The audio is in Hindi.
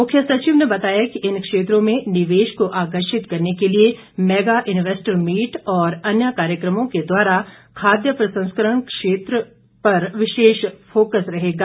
मुख्य सचिव ने बताया कि इन क्षेत्रों में निवेश को आकर्षित करने के लिए मैगा इन्वेस्टर मीट और अन्य कार्यक्रमों के द्वारा खाद्य प्रसंस्करण क्षेत्र पर विशेष फोकस रहेगा